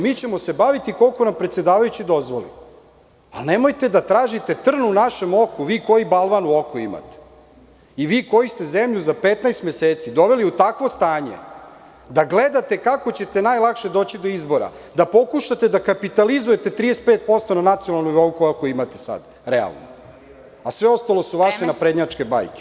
Mi ćemo se baviti koliko nam predsedavajući dozvoli, ali nemojte da tražite trn u našem oku, vi koji balvan u oku imate i vi koji ste zemlju za 15 meseci doveli u takvo stanje da gledate kako ćete najlakše doći do izbora, da pokušate da kapitalizujete 35% na nacionalnom nivou, koliko imate sada, realno, a sve ostalo su vaše naprednjačke bajke.